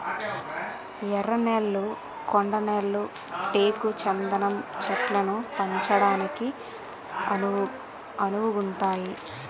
ఎర్ర నేళ్లు కొండ నేళ్లు టేకు చందనం చెట్లను పెంచడానికి అనువుగుంతాయి